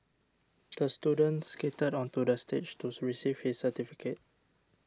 the student skated onto the stage to receive his certificate